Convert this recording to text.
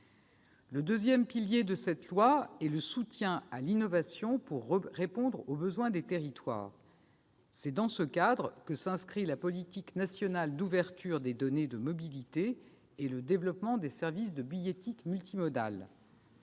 Le deuxième pilier de cette loi est le soutien à l'innovation pour répondre aux besoins des territoires. C'est dans ce cadre que s'inscrivent la politique nationale d'ouverture des données de mobilité et le développement de services de billettique multimodale.